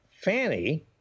Fanny